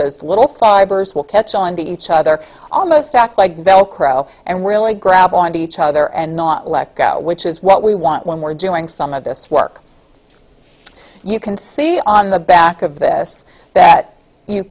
those little fibers will catch on to each other almost act like velcro and really grab on to each other and not let go which is what we want when we're doing some of this work you can see on the back of this that you